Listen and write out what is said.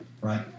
right